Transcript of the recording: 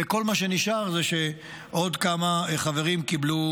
וכל מה שנשאר זה שעוד כמה חברים קיבלו